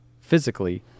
physically